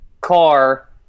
car